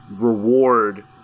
reward